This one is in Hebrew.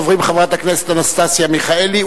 ראשונת הדוברים, חברת הכנסת אנסטסיה מיכאלי,